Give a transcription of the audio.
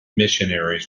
missionaries